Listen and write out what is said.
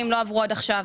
זה לא מופיע בתקציב.